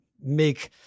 make